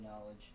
knowledge